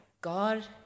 God